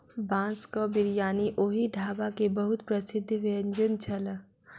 बांसक बिरयानी ओहि ढाबा के बहुत प्रसिद्ध व्यंजन छल